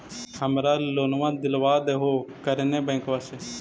हमरा लोनवा देलवा देहो करने बैंकवा से?